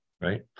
right